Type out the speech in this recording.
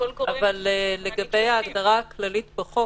אבל לגבי ההגדרה הכללית בחוק